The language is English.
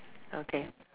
okay